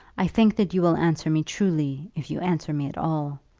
i think that you will answer me truly, if you answer me at all.